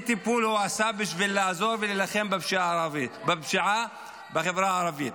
איזה טיפול הוא עשה בשביל לעזור ולהילחם בפשיעה בחברה הערבית?